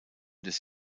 des